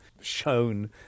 shown